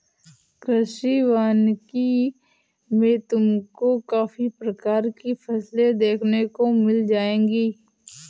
कृषि वानिकी में तुमको काफी प्रकार की फसलें देखने को मिल जाएंगी